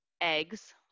eggs